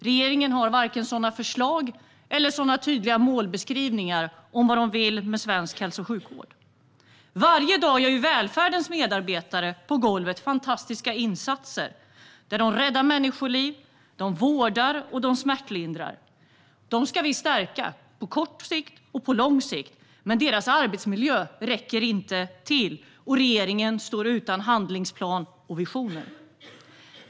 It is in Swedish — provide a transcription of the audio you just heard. Regeringen har varken förslag eller tydliga målbeskrivningar för vad de vill med svensk hälso och sjukvård. Varje dag gör välfärdens medarbetare på golvet fantastiska insatser. De räddar människoliv, de vårdar och de smärtlindrar. Dem ska vi stärka, på kort och på lång sikt. Men deras arbetsmiljö räcker inte till. Och regeringen står utan handlingsplan och visioner.